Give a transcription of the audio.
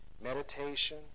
meditation